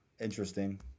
interesting